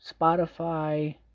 Spotify